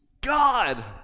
God